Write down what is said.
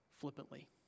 flippantly